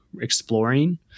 exploring